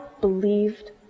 believed